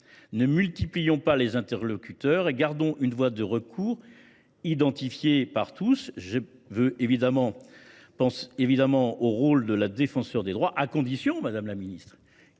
Ne multiplions pas les interlocuteurs et gardons une voie de recours identifiée par tous. Je pense évidemment au rôle de la Défenseure des droits, à condition, madame la ministre,